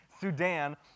Sudan